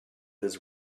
his